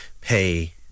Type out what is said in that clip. pay